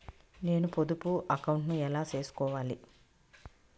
నేను పొదుపు అకౌంటు ను ఎలా సేసుకోవాలి?